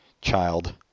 child